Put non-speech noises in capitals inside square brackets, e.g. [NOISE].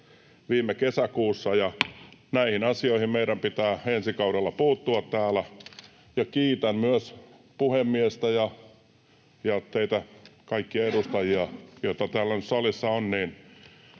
[NOISE] Näihin asioihin meidän pitää ensi kaudella puuttua täällä. Kiitän myös puhemiestä ja teitä kaikkia edustajia, jotka täällä nyt salissa